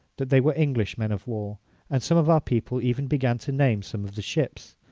that they were english men of war and some of our people even began to name some of the ships.